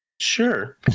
Sure